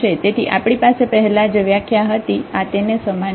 તેથી આપણી પાસે પહેલા જે વ્યાખ્યા હતી આ તેને સમાન છે